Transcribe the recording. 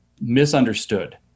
misunderstood